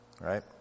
right